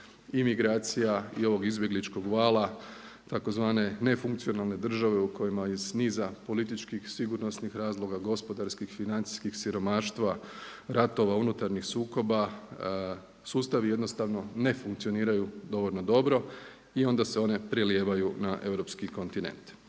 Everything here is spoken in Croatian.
imigracija i ovog izbjegličkog vala tzv. nefunkcionalne države u kojima iz niza političkih sigurnosnih razloga, gospodarskih, financijskih, siromaštva, ratova, unutarnjih sukoba sustavi jednostavno ne funkcioniraju dovoljno dobro i onda se one prelijevaju na europski kontinent.